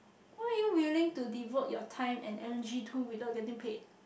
who are you willing to devote your time and energy to without getting paid